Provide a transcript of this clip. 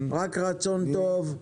רק רצון טוב,